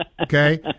Okay